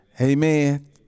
Amen